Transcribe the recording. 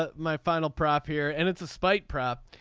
ah my final prop here and it's a spiked prop